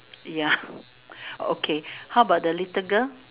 ya okay how about the little girl